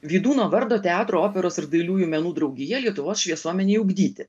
vydūno vardo teatro operos ir dailiųjų menų draugija lietuvos šviesuomenei ugdyti